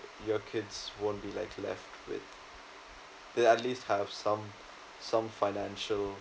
your kids won't be like left with they at least have some some financial